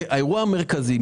האירוע המרכזי,